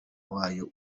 wayo